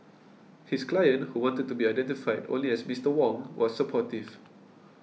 his client who wanted to be identified only as Mister Wong was supportive